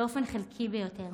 באופן חלקי ביותר.